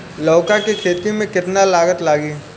लौका के खेती में केतना लागत लागी?